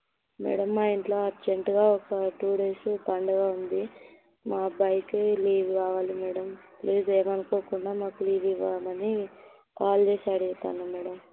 madam మా ఇంట్లో అర్జెంటుగా ఒక టూ డేస్ పండుగ ఉంది మా అబ్బాయికి లీవ్ కావాలి మేడం ప్లీజ్ ఏమి అనుకోకుండా మాకు లీవ్ ఇవ్వమని కాల్ చేసి అడుగుతన్నాను మేడం